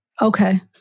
Okay